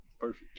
Perfect